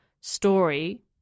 story